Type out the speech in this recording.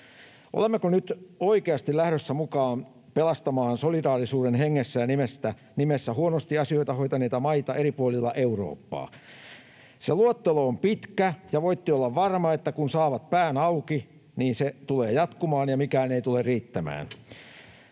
Olemmeko nyt oikeasti lähdössä mukaan pelastamaan solidaarisuuden hengessä ja nimessä huonosti asioita hoitaneita maita eri puolilla Eurooppaa? Se luettelo on pitkä, ja voitte olla varma, että kun saavat pään auki, niin se tulee jatkumaan ja mikään ei tule riittämään.